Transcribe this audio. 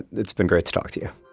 it's been great to talk to you.